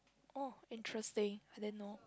oh interesting I didn't know